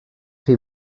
chi